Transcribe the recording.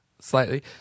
slightly